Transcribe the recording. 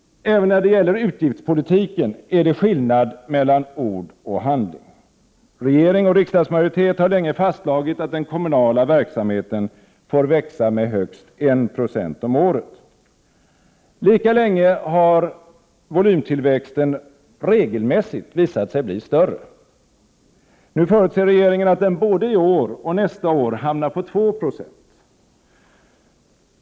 Även när det gäller utgiftspolitiken är det skillnad mellan ord och handling. Regering och riksdagsmajoritet har länge fastslagit att den kommunala verksamheten får växa med högst 1 96 om året. Lika länge har volymtillväxten regelmässigt visat sig bli större. Nu förutser regeringen att den både i år och nästa år hamnar på 2 26.